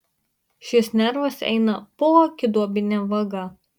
šis nervas eina poakiduobine vaga